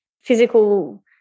physical